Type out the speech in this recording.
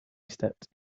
stepped